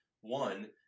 One